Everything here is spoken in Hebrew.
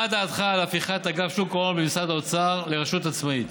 מה דעתך על הפיכת אגף שוק ההון במשרד האוצר לרשות עצמאית?